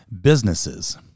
businesses